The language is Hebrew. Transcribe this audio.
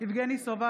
יבגני סובה,